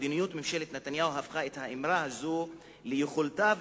מדיניות ממשלת נתניהו הפכה את האמרה הזו: יכולתה,